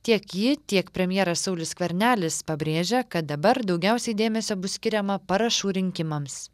tiek ji tiek premjeras saulius skvernelis pabrėžia kad dabar daugiausiai dėmesio bus skiriama parašų rinkimams